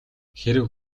хэрэв